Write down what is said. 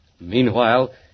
Meanwhile